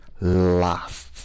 last